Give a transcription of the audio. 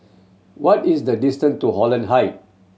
what is the distance to Holland Height